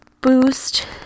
boost